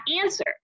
answer